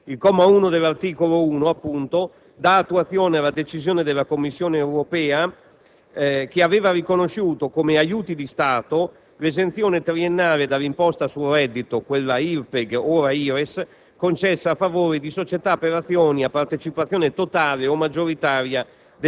Il comma 1 dell'articolo 1, appunto, dà attuazione alla decisione della Commissione europea, che aveva riconosciuta come aiuti di Stato l'esenzione triennale dall'imposta sul reddito (l'IRPEG ora IRES) concessa a favore di società per azioni a partecipazione totale o maggioritaria